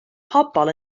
pobl